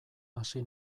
hasi